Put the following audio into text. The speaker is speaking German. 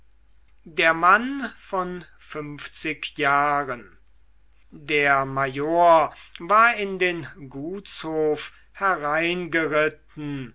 der mann von funfzig jahren der major war in den gutshof hereingeritten